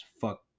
Fuck